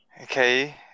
okay